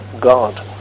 God